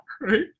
right